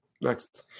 Next